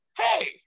Hey